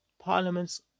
Parliament's